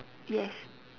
yes